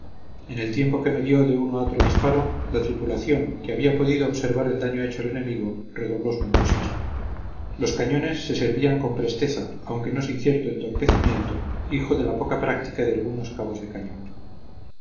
en el tiempo que medió de uno a otro disparo la tripulación que había podido observar el daño hecho al enemigo redobló su entusiasmo los cañones se servían con presteza aunque no sin cierto entorpecimiento hijo de la poca práctica de algunos cabos de cañón